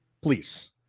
Please